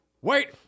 Wait